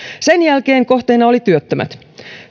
sen jälkeen kohteena olivat työttömät